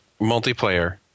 multiplayer